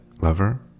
lover